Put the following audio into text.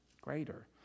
Greater